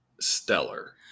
stellar